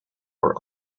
were